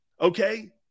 okay